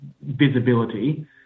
visibility